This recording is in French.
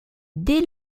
dès